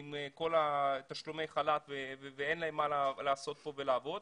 עם כל תשלומי חל"ת ואין להם מה לעשות פה ולעבוד,